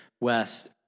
west